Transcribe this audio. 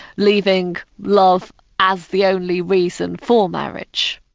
leaving love as the only reason for marriage.